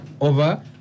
over